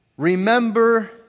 Remember